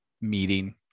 meeting